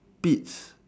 pits